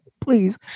please